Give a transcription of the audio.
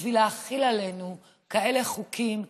בשביל להחיל עלינו כאלה חוקים,